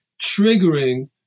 triggering